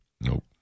Nope